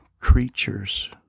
creatures